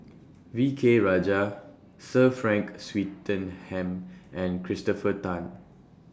V K Rajah Sir Frank Swettenham and Christopher Tan